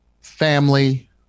family